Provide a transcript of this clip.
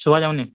ଶୁଭା ଯାଉନି